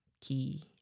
key